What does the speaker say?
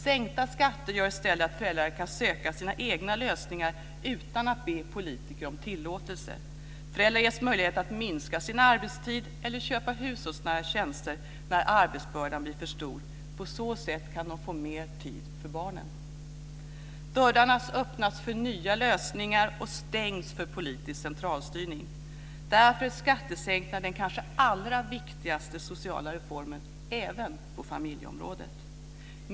Sänkta skatter gör i stället att föräldrar kan söka sina egna lösningar utan att be politiker om tillåtelse. Föräldrar ges möjlighet att minska sin arbetstid eller köpa hushållsnära tjänster när arbetsbördan blir för stor. På så sätt kan de få mera tid för barnen. Dörrarna öppnas för nya lösningar och stängs för politisk centralstyrning. Därför är skattesänkningar den kanske allra viktigaste sociala reformen även på familjeområdet.